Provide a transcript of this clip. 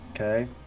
Okay